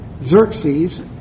Xerxes